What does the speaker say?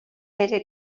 bere